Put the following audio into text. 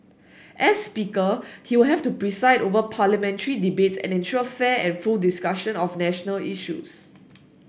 as Speaker he will have to preside over Parliamentary debates and ensure fair and full discussion of national issues